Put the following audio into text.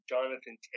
Jonathan